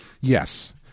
Yes